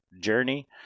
journey